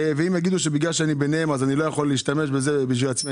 אם יגידו שבגלל שאני ביניהם אז אני לא יכול להשתמש בזה בשביל עצמי,